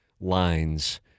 lines